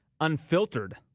Unfiltered